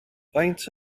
faint